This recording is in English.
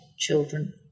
children